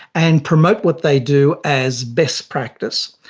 and promote what they do as best practice.